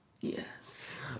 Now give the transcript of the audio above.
Yes